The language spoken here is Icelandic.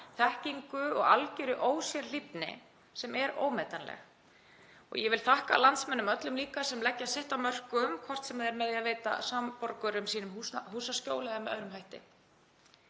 þekkingu og algerri ósérhlífni sem er ómetanleg. Ég vil líka þakka landsmönnum öllum sem leggja sitt af mörkum, hvort sem það er með því að veita samborgurum sínum húsaskjól eða með öðrum hætti.